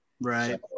right